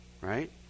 right